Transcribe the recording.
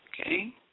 Okay